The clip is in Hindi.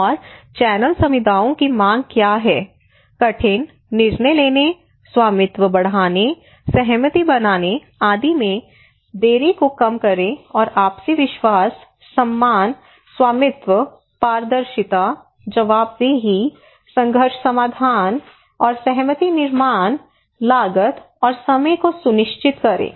और चैनल समुदायों की मांग क्या है कठिन निर्णय लेने स्वामित्व बढ़ाने सहमति बनाने आदि में देरी को कम करें और आपसी विश्वास सम्मान स्वामित्व पारदर्शिता जवाबदेही संघर्ष समाधान और सहमति निर्माण लागत और समय को सुनिश्चित करें